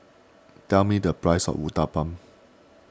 tell me the price of Uthapam